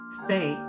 stay